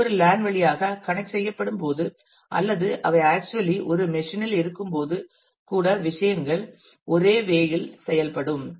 அவை ஒரு லேன் வழியாக கணக்ட் செய்யப்படும்போது அல்லது அவை ஆக்சுவலி ஒரே மெஷின் இல் இருக்கும்போது கூட விஷயங்கள் ஒரே வே இல் செயல்படும்